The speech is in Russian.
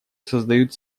создают